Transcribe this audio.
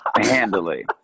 Handily